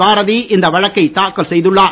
பாரதி இந்த வழக்கை தாக்கல் செய்துள்ளார்